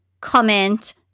comment